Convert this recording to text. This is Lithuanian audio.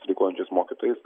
streikuojančiais mokytojais